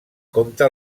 compte